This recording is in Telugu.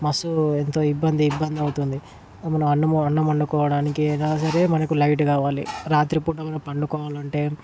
మస్త్ ఎంతో ఇబ్బంది ఇబ్బంది అవుతుంది మనం అన్నం అన్నం వండుకోడానికి అయినాసరే మనకి లైట్ కావాలి రాత్రిపూట మన పండుకోవాలంటే